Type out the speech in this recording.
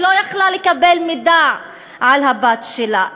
היא לא יכלה לקבל מידע על הבת שלה.